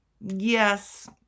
yes